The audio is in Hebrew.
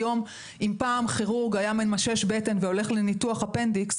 אם פעם כירורג היה ממשש בטן והולך לניתוח אפנדיקס,